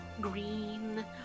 green